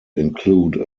include